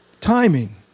Timing